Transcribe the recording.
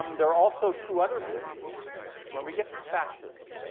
um there are also two other movies when we get to fascism,